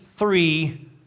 Three